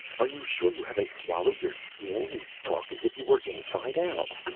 are you sure you haven't swallowed your skin? you talk as if you were inside-out.